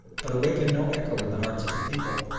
but awaken no echo in the hearts of the people.